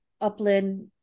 Upland